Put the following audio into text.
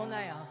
now